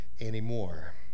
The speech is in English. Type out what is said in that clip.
anymore